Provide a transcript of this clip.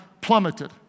plummeted